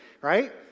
right